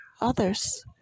others